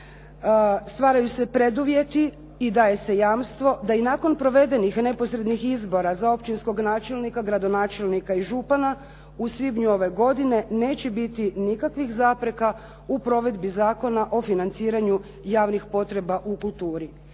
stvaraju se preduvjeti i daje se jamstvo da i nakon provedenih neposrednih izbora za općinskog načelnika, gradonačelnika i župana u svibnju ove godine neće biti nikakvih zapreka u provedbi Zakona o financiranju javnih potreba u kulturi.